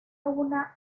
una